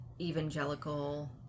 evangelical